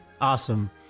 awesome